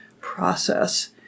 process